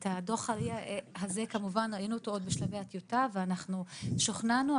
את דוח ה-RIA הזה ראינו עוד בשלבי הטיוטה ואנחנו שוכנענו,